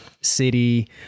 City